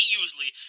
usually